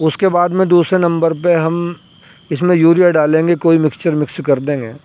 اس کے بعد میں دوسرے نمبر پہ ہم اس میں یوریا ڈالیں گے کوئی مکسچر مکس کر دیں گے